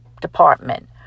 department